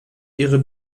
ihre